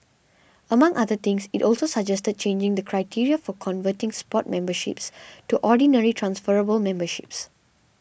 among other things it also suggested changing the criteria for converting sports memberships to ordinary transferable memberships